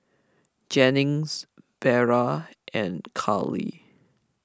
Jennings Vera and Carly